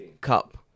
Cup